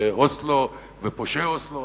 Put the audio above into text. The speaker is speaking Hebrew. ואוסלו ופושעי אוסלו.